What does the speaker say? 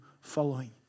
following